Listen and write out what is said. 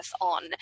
on